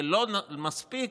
ולא מספיק,